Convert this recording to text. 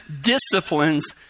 disciplines